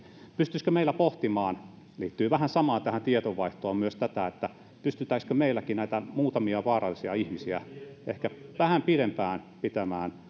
pystyttäisiinkö meillä pohtimaan liittyy vähän samaan tähän tiedonvaihtoon myös tätä että pystyttäisiinkö meilläkin näitä muutamia vaarallisia ihmisiä ehkä vähän pidempään pitämään